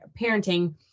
parenting